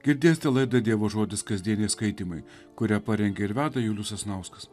girdėsite laida dievo žodis kasdieniai skaitymai kurią parengia ir veda julius sasnauskas